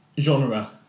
genre